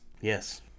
Yes